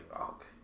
okay